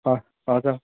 हजुर